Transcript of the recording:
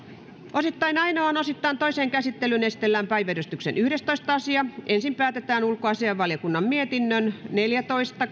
osittain ainoaan osittain toiseen käsittelyyn esitellään päiväjärjestyksen yhdestoista asia ensin päätetään ulkoasiainvaliokunnan mietinnön neljätoista